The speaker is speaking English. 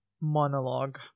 monologue